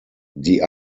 die